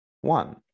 one